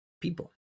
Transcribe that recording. people